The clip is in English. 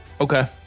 Okay